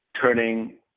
turning